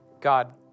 God